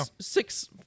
six